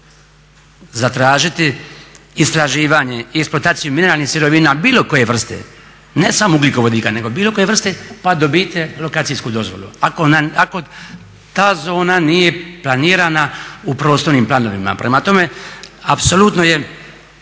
zatražiti istraživanje i eksploataciju mineralnih sirovina bilo koje vrste, ne samo ugljikovodika nego bilo koje vrste pa dobijte lokacijsku dozvolu ako ta zona nije planirana u prostornim planovima. Prema tome, apsolutno je